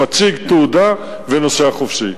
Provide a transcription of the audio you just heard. מציג תעודה ונוסע חופשי,